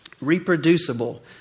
Reproducible